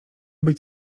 być